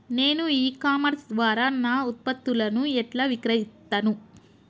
నేను e commerce ద్వారా నా ఉత్పత్తులను ఎట్లా విక్రయిత్తను?